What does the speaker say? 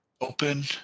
open